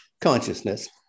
consciousness